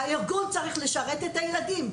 הארגון צריך לשרת את הילדים.